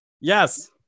yes